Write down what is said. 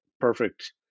perfect